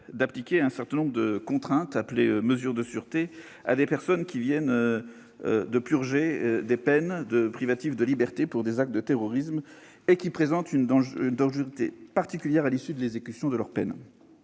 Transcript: d'appliquer un certain nombre de contraintes, appelées « mesures de sûreté », à des personnes qui viennent de purger des peines privatives de liberté pour des actes de terrorisme et qui présentent une dangerosité particulière à l'issue de l'exécution de leur peine.